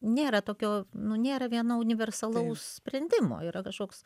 nėra tokio nu nėra vieno universalaus sprendimo yra kažkoks